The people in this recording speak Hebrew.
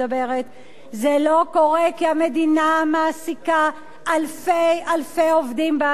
זה לא קורה כי המדינה מעסיקה אלפי אלפי עובדים בהעסקה קבלנית.